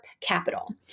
capital